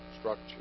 structure